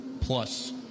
plus